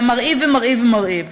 אתה מרעיב ומרעיב ומרעיב.